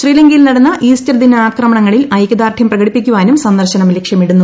ശ്രീലങ്കയിൽ നടന്ന ഈസ്റ്റർ ദിന ആക്രമണങ്ങളിൽ ഐക്യദാർഡ്യം പ്രകടിപ്പിക്കുവാനും സന്ദർശനം ലക്ഷ്യമിടുന്നു